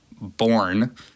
born